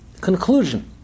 conclusion